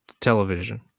television